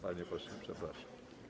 Panie pośle, przepraszam.